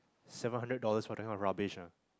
seven hundred dollars for that kind of rubbish ah